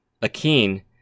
Akeen